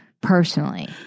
personally